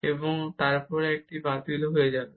এবং তারপর একটি r বাতিল হয়ে যাবে